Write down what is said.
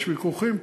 יש ויכוחים,